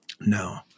no